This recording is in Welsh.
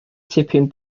tipyn